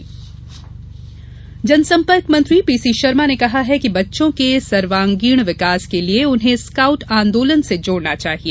scout जनसंपर्क मंत्री P C Sharma ने कहा है कि बच्चों के सर्वागींण विकास के लिए उन्हें स्काउट आन्दोलन से जोड़ना चाहिये